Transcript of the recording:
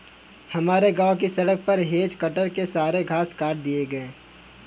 हमारे गांव की सड़क पर हेज कटर ने सारे घास काट दिए हैं